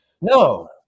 No